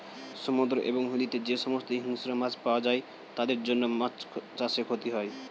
সমুদ্র এবং নদীতে যে সমস্ত হিংস্র মাছ পাওয়া যায় তাদের জন্য মাছ চাষে ক্ষতি হয়